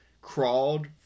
crawled